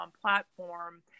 platform